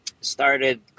started